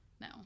No